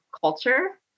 culture